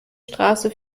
straße